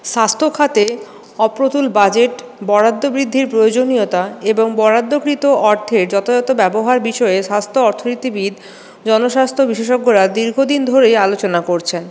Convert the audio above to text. স্বাস্থ্যখাতে অপ্রতুল বাজেট বরাদ্দ বৃদ্ধির প্রয়োজনীয়তা এবং বরাদ্দকৃত অর্থের যথাযথ ব্যবহার বিষয়ে স্বাস্থ্য অর্থনীতিবিদ জনস্বাস্থ্য বিশেষজ্ঞরা দীর্ঘদিন ধরেই আলোচনা করছেন